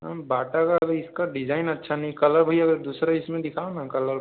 बाटा का और इसका डिज़ाइन अच्छा नहीं कलर भैया दूसरा इसमें दिखाओ ना कलर